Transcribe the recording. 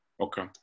okay